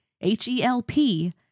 H-E-L-P